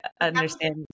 understand